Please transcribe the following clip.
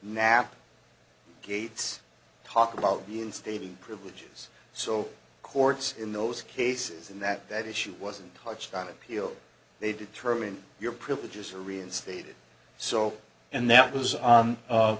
napa gates talk about reinstating privileges so courts in those cases and that that issue wasn't touched on appeal they determined your privileges are reinstated so and that was